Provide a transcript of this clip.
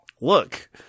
Look